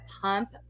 pump